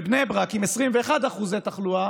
בבני ברק, עם 21% תחלואה,